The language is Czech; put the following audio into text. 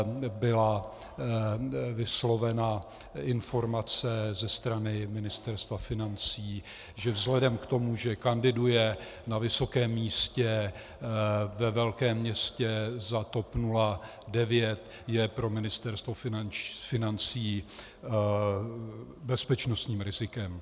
U něj byla vyslovena informace ze strany Ministerstva financí, že vzhledem k tomu, že kandiduje na vysokém místě ve velkém městě za TOP 09, je pro Ministerstvo financí bezpečnostním rizikem.